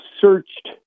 searched